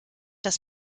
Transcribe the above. das